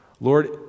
Lord